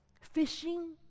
fishing